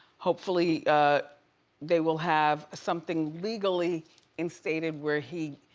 hopefully they will have something legally instated where he,